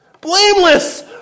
Blameless